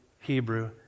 Hebrew